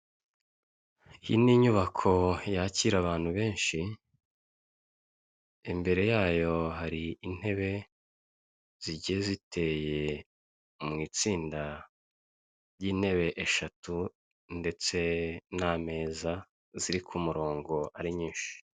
Iyi ni inyubako yakira abantu benshi imbere yayo hari intebe zigiye ziteye mu itsinda ry'intebe eshatu ndetse n'ameza ziri ku murongo ari nyinshi.